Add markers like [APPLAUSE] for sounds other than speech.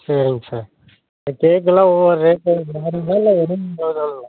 சரிங்க சார் கேக்கெல்லாம் ஒவ்வொரு ரேட்டு இந்த மாதிரி இருக்குதா இல்லை வெறும் [UNINTELLIGIBLE]